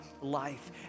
life